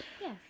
Yes